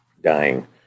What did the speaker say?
dying